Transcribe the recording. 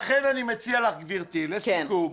ולכן אני מציע לך, גברתי, לסיכום,